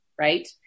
Right